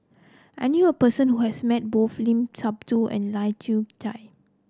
I knew a person who has met both Limat Sabtu and Lai Kew Chai